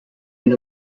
been